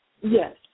Yes